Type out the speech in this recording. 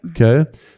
Okay